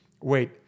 wait